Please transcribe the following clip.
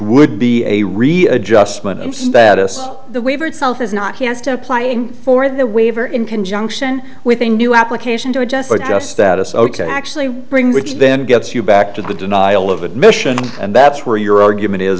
would be a readjustment in status the waiver itself is not he has to applying for the waiver in conjunction with a new application to adjust adjust status ok actually bring which then gets you back to the denial of admission and that's where your argument is